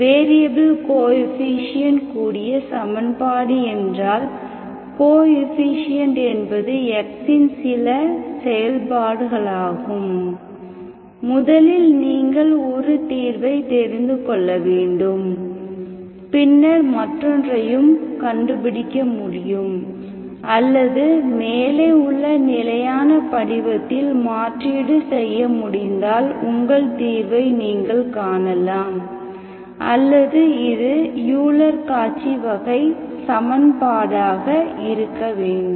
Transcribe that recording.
variable coefficient கூடிய சமன்பாடு என்றால் கோஎஃபீஷியேன்ட் என்பது x இன் சில செயல்பாடுகளாகும் முதலில் நீங்கள் ஒரு தீர்வை தெரிந்து கொள்ள வேண்டும் பின்னர் மற்றொன்றையும் கண்டுபிடிக்க முடியும் அல்லது மேலே உள்ள நிலையான படிவத்தில் மாற்றீடு செய்ய முடிந்தால் உங்கள் தீர்வை நீங்கள் காணலாம் அல்லது இது யூலர் காச்சி வகை சமன்பாடாக இருக்க வேண்டும்